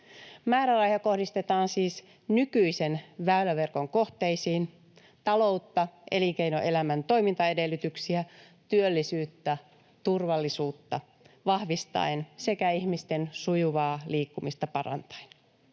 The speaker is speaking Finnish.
Määrärahoja kohdistetaan siis nykyisen väyläverkon kohteisiin taloutta, elinkeinoelämän toimintaedellytyksiä, työllisyyttä ja turvallisuutta vahvistaen sekä ihmisten sujuvaa liikkumista parantaen.